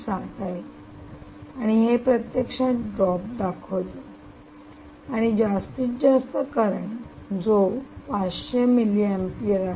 7 आहे आणि हे प्रत्यक्षात ड्रॉप दाखवते आणि जास्तीत जास्त करंट जो 500 मिली एंपियर आहे